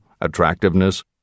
attractiveness